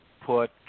put